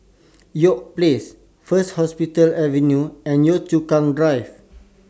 York Place First Hospital Avenue and Yio Chu Kang Drive